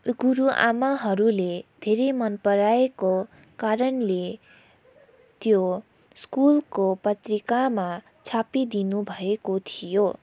गुरुआमाहरूले धेरै मनपराएको कारणले त्यो स्कुलको पत्रिकामा छापिदिनु भएको थियो